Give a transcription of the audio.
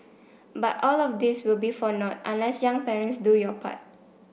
but all of this will be for nought unless young parents do your part